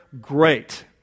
Great